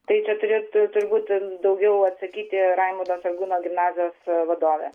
tai čia turėtų būtent daugiau atsakyti raimundo sargūno gimnazijos vadovė